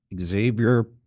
Xavier